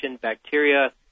bacteria